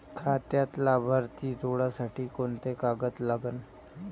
खात्यात लाभार्थी जोडासाठी कोंते कागद लागन?